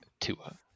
Tua